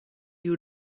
you